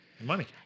Money